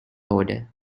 odour